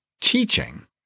teaching